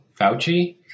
Fauci